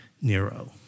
Nero